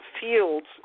fields